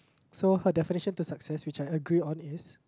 so her definition to success which I agree on is